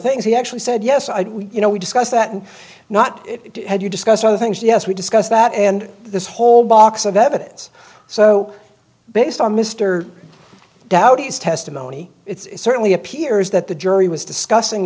things he actually said yes i do you know we discussed that and not had you discussed other things yes we discussed that and this whole box of evidence so based on mr dowdy is testimony it's certainly appears that the jury was discussing